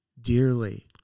dearly